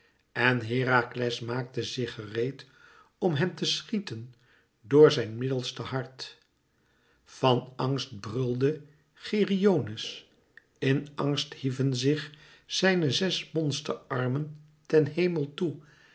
en herakles maakte zich gereed hem te schieten door zijn middelste hart van angst brulde geryones in angst hieven zich zijne zes monsterarmen ten hemel toe